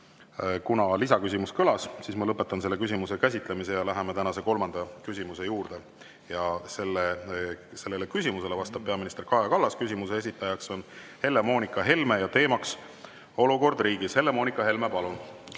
Kuna lisaküsimus juba kõlas, siis ma lõpetan selle küsimuse käsitlemise. Läheme tänase kolmanda küsimuse juurde. Sellele küsimusele vastab peaminister Kaja Kallas, küsimuse esitaja on Helle-Moonika Helme ja teema on olukord riigis. Helle-Moonika Helme, palun!